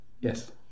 Yes